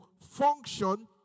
function